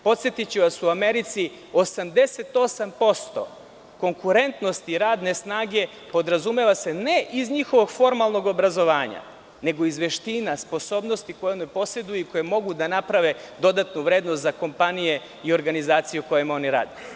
Podsetiću vas u Americi 88% konkurentnosti radne snage podrazumeva se ne iz njihovog formalnog obrazovanja, nego iz veština, sposobnosti koje poseduju i koje mogu da naprave dodatnu vrednost za kompanije i organizacije u kojima oni rade.